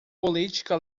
política